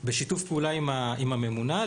בשיתוף פעולה עם הממונה,